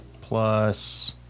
plus